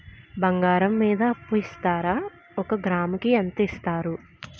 బంగారం మీద అప్పు ఇస్తారా? ఒక గ్రాము కి ఎంత ఇస్తారు?